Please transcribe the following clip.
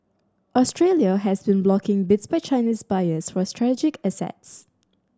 Australia has been blocking bids by Chinese buyers for strategic assets